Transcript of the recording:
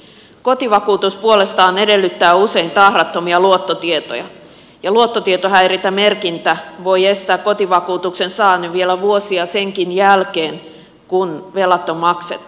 kotivakuutus puolestaan edellyttää usein tahrattomia luottotietoja ja luottotietohäiriömerkintä voi estää kotivakuutuksen saannin vielä vuosia senkin jälkeen kun velat on maksettu